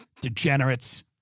Degenerates